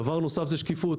דבר נוסף זה שקיפות.